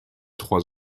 trois